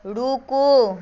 रुकू